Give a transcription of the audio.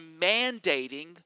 mandating